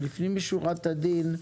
לפנים משורת הדין,